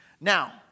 Now